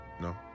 No